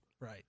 Right